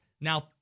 Now